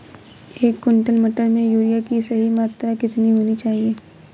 एक क्विंटल मटर में यूरिया की सही मात्रा कितनी होनी चाहिए?